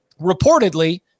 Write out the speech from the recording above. reportedly